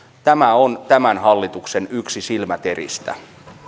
tämä on yksi tämän hallituksen silmäteristä